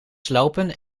slopen